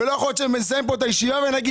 לא יכול להיות שנסיים פה את הישיבה ונגיד,